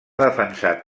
defensat